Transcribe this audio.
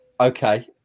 Okay